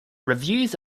reviews